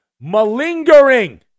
malingering